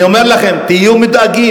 אני אומר לכם, תהיו מודאגים.